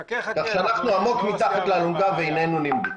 כך שאנחנו עמוק מתחת לאלונקה ואיננו נימב"י.